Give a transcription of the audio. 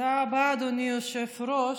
תודה רבה, אדוני היושב-ראש.